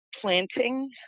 planting